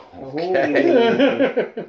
Okay